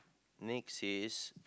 next is